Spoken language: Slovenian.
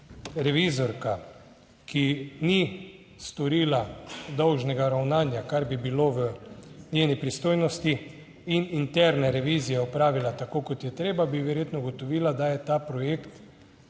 revizorka, ki ni storila dolžnega ravnanja, kar bi bilo v njeni pristojnosti, in interne revizije opravila tako kot je treba, bi verjetno ugotovila, da je ta projekt